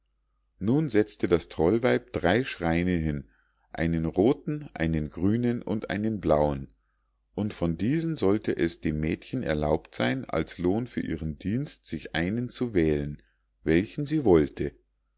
nun setzte das trollweib drei schreine hin einen rothen einen grünen und einen blauen und von diesen sollte es dem mädchen erlaubt sein als lohn für ihren dienst sich einen zu wählen welchen sie wollte